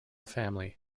family